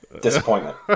Disappointment